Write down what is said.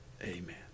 Amen